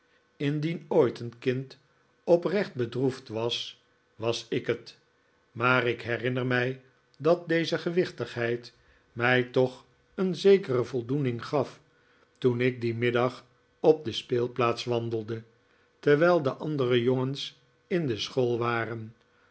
indien ooit een kind oprecht bedroefd was was ik het maar ik herinner mij dat deze gewichtigheid mij toch een zekere voldoening gaf toen ik dien middag op de speelplaats wandelde terwijl de andere jongens in de school waren